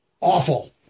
awful